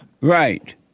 Right